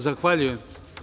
Zahvaljujem.